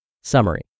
Summary